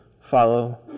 follow